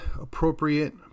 appropriate